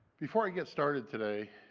before i get started today,